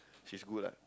she's good lah